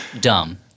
dumb